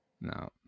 No